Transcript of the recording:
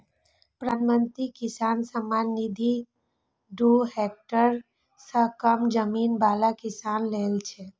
प्रधानमंत्री किसान सम्मान निधि दू हेक्टेयर सं कम जमीन बला किसान लेल छै